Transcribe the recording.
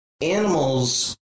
Animals